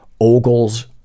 ogles